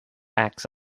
axe